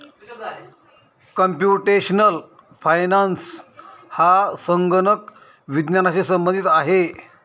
computational finance हा संगणक विज्ञानाशी संबंधित आहे